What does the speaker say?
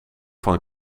van